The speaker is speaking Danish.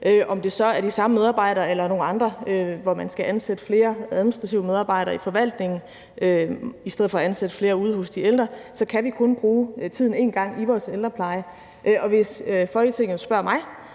om det så er de samme medarbejdere eller nogle andre – og man skal ansætte flere administrative medarbejdere i forvaltningen i stedet for at ansætte flere ude hos de ældre – at vi kun kan bruge tiden én gang i vores ældrepleje. Og hvis Folketinget spørger mig